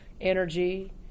energy